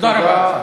תודה רבה לך.